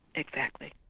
exactly.